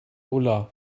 ulla